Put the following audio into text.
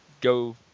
go